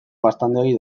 gaztandegi